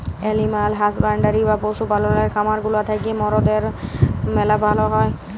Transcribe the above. animal husbandry বা পশু পাললের খামার গুলা থ্যাকে মরদের ম্যালা ভাল হ্যয়